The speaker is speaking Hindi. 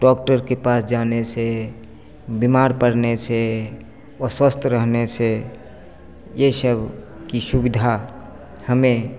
डॉक्टर के पास जाने से बीमार पड़ने से अस्वस्थ रहने से यह सब की सुविधा हमें